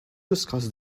discuss